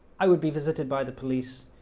i would be visited by the police.